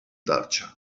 დარჩა